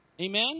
Amen